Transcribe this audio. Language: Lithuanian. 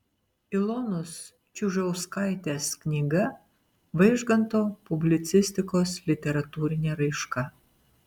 ilonos čiužauskaitės knyga vaižganto publicistikos literatūrinė raiška